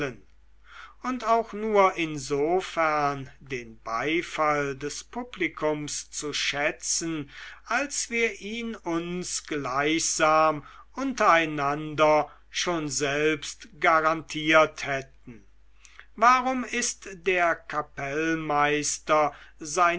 und auch nur insofern den beifall des publikums zu schätzen als wir ihn uns gleichsam untereinander schon selbst garantiert hätten warum ist der kapellmeister seines